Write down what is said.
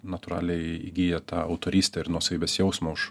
natūraliai įgyja tą autorystę ir nuosavybės jausmą už